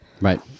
Right